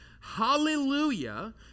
hallelujah